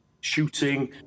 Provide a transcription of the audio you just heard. shooting